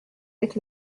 avec